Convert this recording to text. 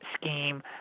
scheme